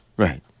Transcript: Right